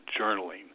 journaling